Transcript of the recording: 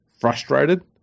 frustrated